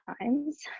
times